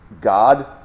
God